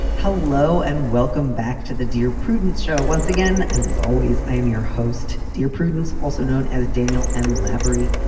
hello and welcome back to the dear prudence show once again. and as always, i am your host. dear prudence, also known as daniel m. lavery.